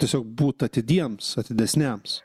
tiesiog būt atidiems atidesniams